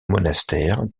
monastère